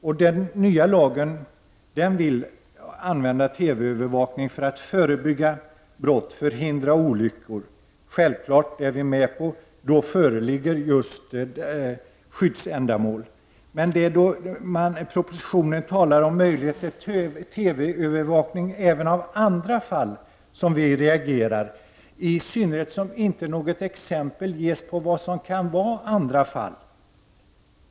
I den nya lagen vill man använda TV-övervakning för att förebygga brott och förhindra olyckor. Självfallet är vi med på det. Då föreligger just skyddsändamålet. Men i propositionen talas om möjligheten till TV-övervakning även i andra fall, något som vi reagerar emot, i synnerhet som inget exempel ges på vad som kan vara andra fall.